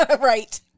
Right